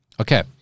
Okay